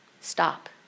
Stop